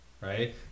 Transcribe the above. right